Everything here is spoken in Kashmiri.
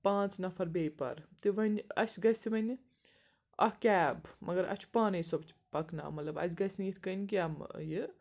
پانٛژھ نَفر بیٚیہِ پَرٕ تہِ وَنہِ اَسہِ گَژھِ وَنہِ اَکھ کیب مگر اَسہِ چھُ پانَے سۄ پَکناو مطلب اَسہِ گژھِ نہٕ یِتھ کٔنۍ کیٚنہہِ یہِ